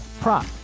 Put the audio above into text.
prop